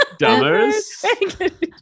dummers